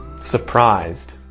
Surprised